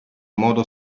modo